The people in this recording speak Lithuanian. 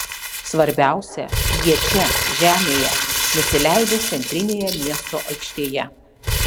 svarbiausia jie čia žemėje nusileidę centrinėje miesto aikštėje